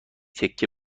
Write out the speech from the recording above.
تکه